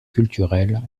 culturelle